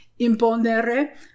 imponere